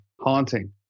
haunting